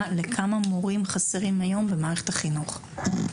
על כמה מורים חסרים היום במערכת החינוך?